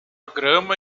grama